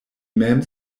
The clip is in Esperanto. mem